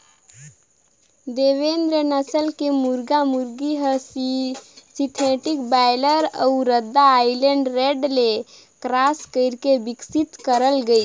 देवेंद नसल के मुरगा मुरगी हर सिंथेटिक बायलर अउ रद्दा आइलैंड रेड ले क्रास कइरके बिकसित करल गइसे